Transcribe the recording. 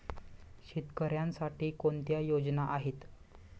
शेतकऱ्यांसाठी कोणत्या योजना आहेत?